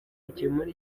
yakemura